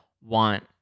want